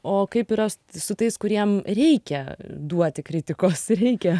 o kaip yra s su tais kuriem reikia duoti kritikos reikia